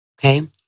okay